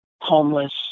homeless